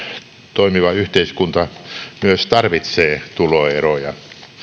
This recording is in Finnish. toimiva yhteiskunta myös tarvitsee tuloeroja